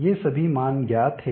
ये सभी मान ज्ञात है